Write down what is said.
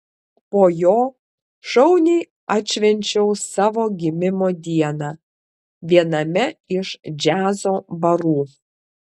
po jo šauniai atšvenčiau savo gimimo dieną viename iš džiazo barų